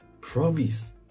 promise